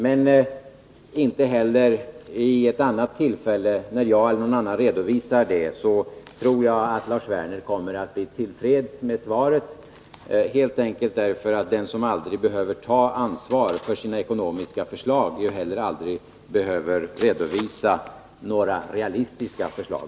Men inte heller vid något annat tillfälle, när jag eller någon annan redovisar detta, tror jag att Lars Werner kommer att bli till freds med svaret, helt enkelt därför att den som aldrig behöver ta ansvar för sina ekonomiska förslag heller aldrig behöver redovisa några realistiska förslag.